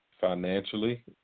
financially